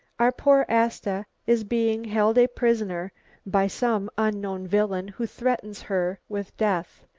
our poor asta is being held a prisoner by some unknown villain who threatens her with death.